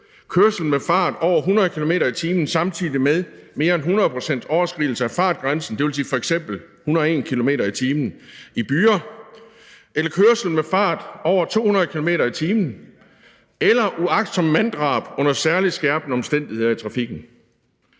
kørsel med en fart på over 100 km/t. samtidig med en mere end 100 pct.s overskridelse af fartgrænsen, dvs. f.eks. 101 km/t. i byer, eller kørsel med en fart på over 200 km/t. eller uagtsomt manddrab under særligt skærpende omstændigheder i trafikken.